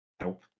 Nope